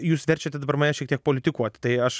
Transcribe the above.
jūs verčiate dabar mane šiek tiek politikuoti tai aš